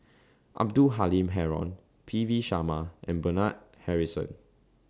Abdul Halim Haron P V Sharma and Bernard Harrison